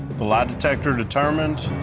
the lie detector determined.